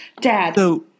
Dad